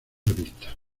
revistas